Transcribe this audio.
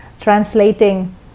translating